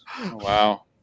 Wow